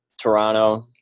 Toronto